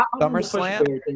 SummerSlam